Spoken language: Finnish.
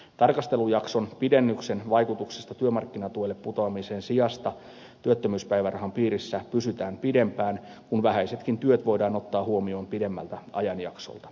tarkastelujakson pidennyksen vaikutuksesta työmarkkinatuelle putoamisen sijasta työttömyyspäivärahan piirissä pysytään pidempään kun vähäisetkin työt voidaan ottaa huomioon pidemmältä ajanjaksolta